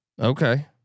Okay